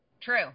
true